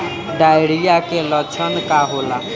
Diarrhoea के लक्षण का होला?